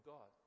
God